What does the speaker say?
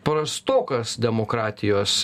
prastokas demokratijos